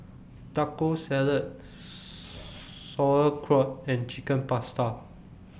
Taco Salad Sauerkraut and Chicken Pasta